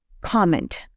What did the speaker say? comment